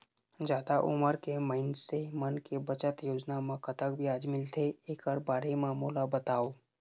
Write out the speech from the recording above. जादा उमर के मइनसे मन के बचत योजना म कतक ब्याज मिलथे एकर बारे म मोला बताव?